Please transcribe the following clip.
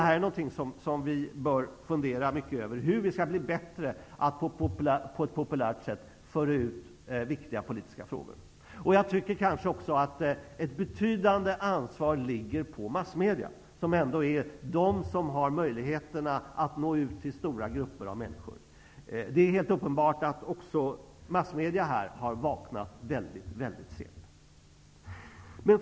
Hur vi skall bli bättre på att på ett populärt sätt föra ut viktiga politiska frågor är något vi bör fundera mycket över. Jag tycker kanske också att ett betydande ansvar ligger på massmedia, som besitter möjligheterna att nå ut till stora grupper av människor. Helt uppenbart har även massmedia vaknat väldigt sent.